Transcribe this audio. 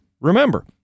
remember